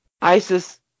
Isis